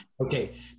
okay